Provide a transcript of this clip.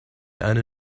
eine